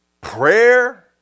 prayer